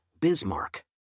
Bismarck